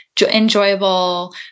enjoyable